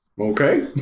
okay